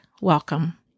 welcome